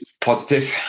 positive